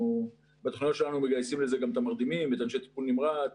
בתכנון שלנו אנחנו מגייסים לזה גם מרדימים ואנשי טיפול נמרץ